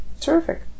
Terrific